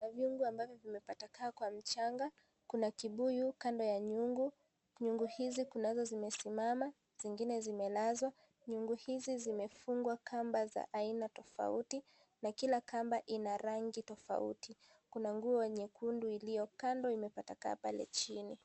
Viungo ambavyo vimepatakaa kwa mchanga, kuna kibuyu kando ya nyungu, nyugu hizi kunazo zimesimama zingine zimelazwa, nyungu hizi zimefungwa kamba za aina tofauti na kila kamba ina rangi tofauti, kuna nguo nyekundu iliyo kando imetapakaa pale chini.